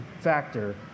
factor